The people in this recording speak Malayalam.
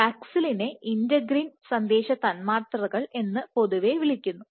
പാക്സിലിനെ ഇന്റഗ്രിൻറെ സന്ദേശക തന്മാത്രകൾ എന്ന് പൊതുവായി വിളിക്കുന്നു